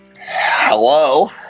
Hello